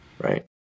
right